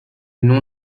nom